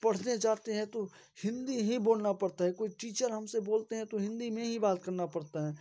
पढ़ने जाते हैं तो हिंदी ही बोलना पड़ता है कोई टीचर हमसे बोलते हैं तो हिंदी में ही बात करना पड़ता है